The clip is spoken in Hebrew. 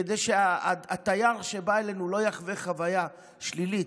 כדי שהתייר שבא אלינו לא יחווה חוויה שלילית.